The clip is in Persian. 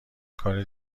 کار